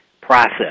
process